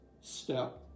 step